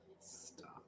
Stop